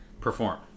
perform